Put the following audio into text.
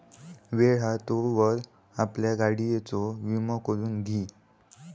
वेळ हा तोवर आपल्या गाडियेचो विमा करून घी